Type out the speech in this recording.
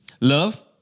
love